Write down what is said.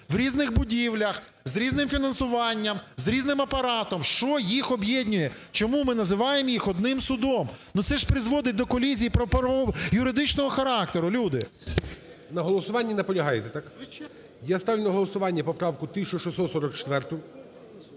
в різних будівлях, з різним фінансуванням, з різним апаратом. Що їх об'єднує? Чому ми називаємо їх одним судом? Ну, це ж призводить до колізії юридичного характеру, люди! ГОЛОВУЮЧИЙ. На голосуванні наполягаєте, так? Я ставлю на голосування поправку 1644.